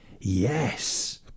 yes